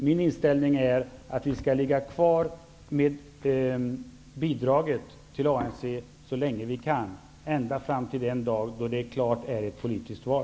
Min inställning är att Sverige skall ha kvar bidraget till ANC så länge vi kan -- ända fram till den dag då man klart håller ett politiskt val.